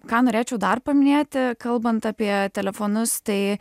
ką norėčiau dar paminėti kalbant apie telefonus tai